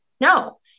No